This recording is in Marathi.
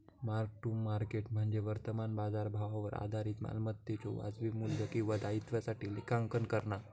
मार्क टू मार्केट म्हणजे वर्तमान बाजारभावावर आधारित मालमत्तेच्यो वाजवी मू्ल्य किंवा दायित्वासाठी लेखांकन करणा